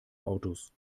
autos